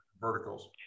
verticals